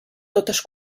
totes